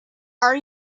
are